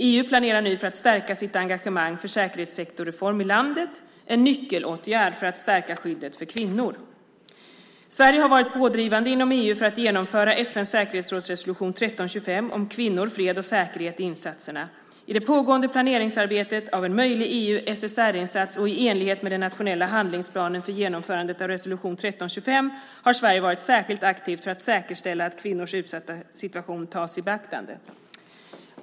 EU planerar nu för att stärka sitt engagemang för säkerhetssektorreform i landet - en nyckelåtgärd för att stärka skyddet för kvinnor. Sverige har varit pådrivande inom EU för att genomföra FN:s säkerhetsrådsresolution 1325 om kvinnor, fred och säkerhet i insatserna. I det pågående planeringsarbetet av en möjlig EU-SSR-insats och i enlighet med den nationella handlingsplanen för genomförande av resolution 1325 har Sverige varit särskilt aktivt för att säkerställa att kvinnors utsatta situation tas i beaktande.